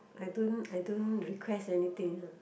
I don't I don't request anything